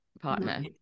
partner